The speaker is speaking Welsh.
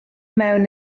mewn